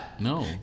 No